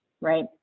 right